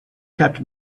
kept